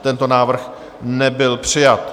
Tento návrh nebyl přijat.